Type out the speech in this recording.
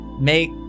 make